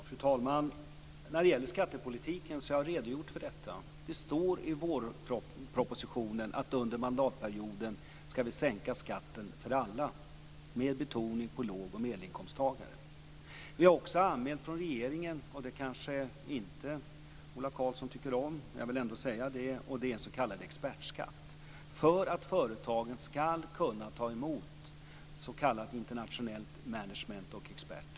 Fru talman! Jag har redogjort för skattepolitiken. Det står i vårpropositionen att vi under mandatperioden skall sänka skatten för alla, med betoning på lågoch medelinkomsttagare. Vi har från regeringen också anmält - det kanske Ola Karlsson inte tycker om, men jag vill ändå säga det - en s.k. expertskatt för att företagen skall kunna ta emot s.k. internationellt management och experter.